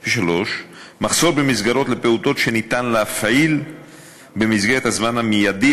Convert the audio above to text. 3. מחסור במסגרות לפעוטות שאפשר להפעיל במסגרת הזמן המיידי,